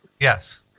Yes